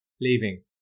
leaving